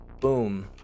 Boom